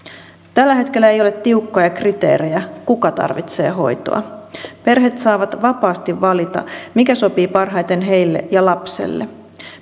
tällä hetkellä ei ole tiukkoja kriteerejä kuka tarvitsee hoitoa perheet saavat vapaasti valita mikä sopii parhaiten heille ja lapselle